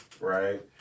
right